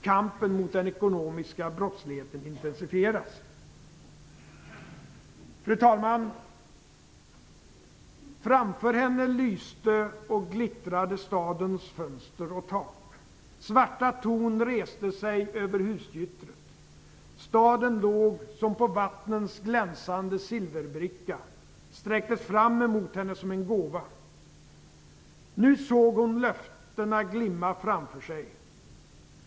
Kampen mot den ekonomiska brottsligheten intensifieras. Fru talman! "Framför henne lyste och glittrade stadens fönster och tak, svarta torn reste sig över husgyttret. Staden låg som på vattnens glänsande silverbricka, sträcktes fram emot henne som en gåva. Nu såg hon löftena glimma framför sig.